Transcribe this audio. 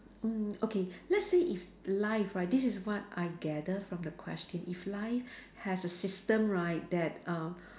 mm okay let's say if life right this is what I gather from the question if life has a system right that uh